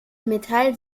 metall